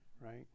right